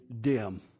dim